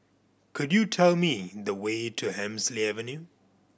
could you tell me the way to Hemsley Avenue